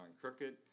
crooked